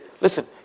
listen